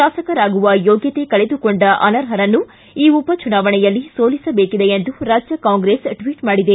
ಶಾಸಕರಾಗುವ ಯೋಗ್ಮತೆ ಕಳೆದುಕೊಂಡ ಅನರ್ಪರನ್ನು ಈ ಉಪ ಚುನಾವಣೆಯಲ್ಲಿ ಸೋಲಿಸಬೇಕಿದೆ ಎಂದು ರಾಜ್ಯ ಕಾಂಗ್ರೆಸ್ ಟ್ವಿಟ್ ಮಾಡಿದೆ